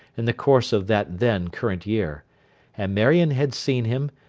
in the course of that then current year and marion had seen him,